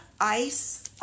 Ice